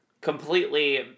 completely